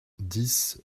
dix